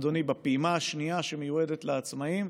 אדוני, הפעימה השנייה, שמיועדת לעצמאים,